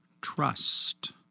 trust